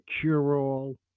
cure-all